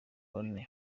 bane